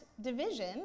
division